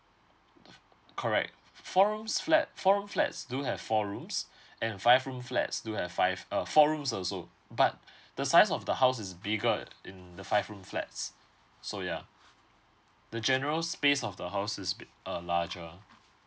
correct four rooms flat four rooms flats do have four rooms and five room flats do have five uh four rooms also but the size of the house is bigger in the five room flats so yeah the general space of the house is bi~ uh larger